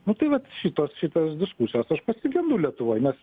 nu tai vat šitos šitos diskusijos aš pasigendu lietuvoj nes